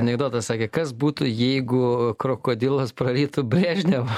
anekdotas sakė kas būtų jeigu krokodilas prarytų brežnevą